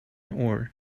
ore